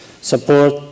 support